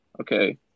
okay